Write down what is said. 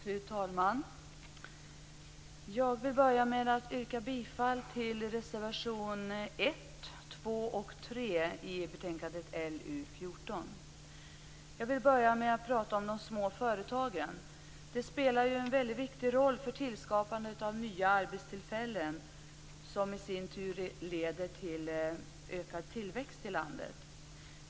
Fru talman! Jag vill börja med att yrka bifall till reservationerna 1, 2 och 3 till betänkandet LU14. Först skall jag prata om de små företagen. Dessa spelar en väldigt viktig roll för tillskapandet av nya arbetstillfällen, som i sin tur leder till ökad tillväxt i landet.